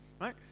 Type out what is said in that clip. right